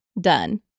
done